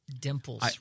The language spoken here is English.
dimples